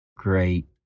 great